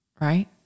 right